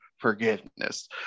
forgiveness